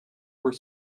were